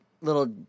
little